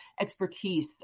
expertise